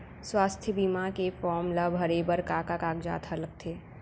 स्वास्थ्य बीमा के फॉर्म ल भरे बर का का कागजात ह लगथे?